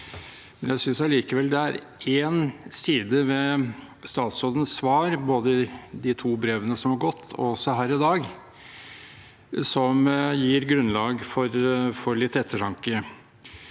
Jeg synes allikevel det er én side ved statsrådens svar, både i de to brevene som har gått, og her i dag, som gir grunnlag for litt ettertanke.